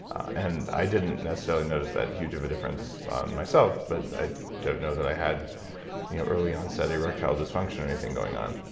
and i didn't necessarily notice that huge of a difference on myself, but i don't know that i had you know early-onset erectile dysfunction or something going on.